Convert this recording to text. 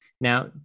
Now